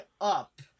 up